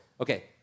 Okay